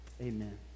amen